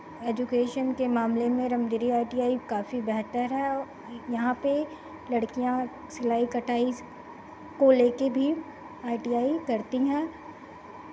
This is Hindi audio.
एजुकेशन के मामले में रमदिरी आई टी आई काफ़ी बेहतर है यहाँ पे लड़कियाँ सिलाई कटाई को ले कर भी आई टी आई करती हैं